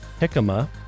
jicama